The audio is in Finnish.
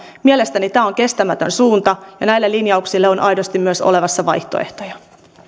mielestäni tämä on kestämätön suunta näille linjauksille on myös aidosti olemassa vaihtoehtoja